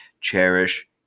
Cherish